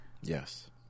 Yes